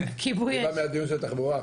ברור.